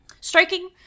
striking